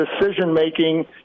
decision-making